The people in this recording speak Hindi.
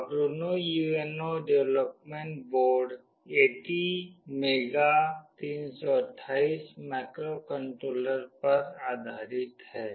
Arduino UNO development board ATmega 328 microcontroller पर आधारित है